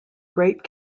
great